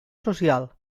social